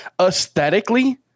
aesthetically